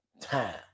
time